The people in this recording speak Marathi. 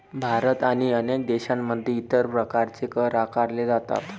भारत आणि अनेक देशांमध्ये इतर प्रकारचे कर आकारले जातात